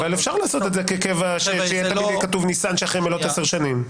אבל אפשר לעשות את זה כקבע שיהיה כתוב ניסן שאחרי מלאת עשר שנים.